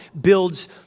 builds